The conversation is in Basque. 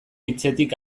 hitzetik